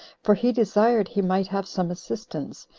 for he desired he might have some assistance,